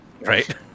Right